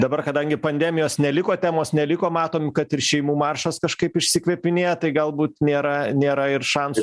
dabar kadangi pandemijos neliko temos neliko matom kad ir šeimų maršas kažkaip išsikvėpinėja tai galbūt nėra nėra ir šansų